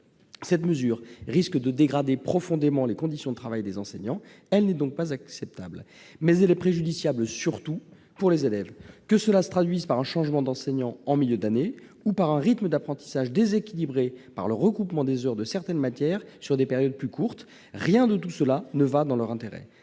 Cette mesure risque de dégrader profondément leurs conditions de travail. Elle n'est donc pas acceptable. Elle serait, surtout, préjudiciable pour les élèves, qu'elle se traduise par un changement d'enseignant en milieu d'année ou par un rythme d'apprentissage déséquilibré par le regroupement des heures de certaines matières sur des périodes plus courtes. Rien de tout cela n'est dans leur intérêt.